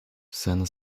sen